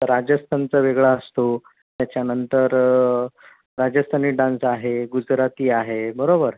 राजस्थानचा वेगळा असतो त्याच्यानंतर राजस्थानी डान्स आहे गुजराती आहे बरोबर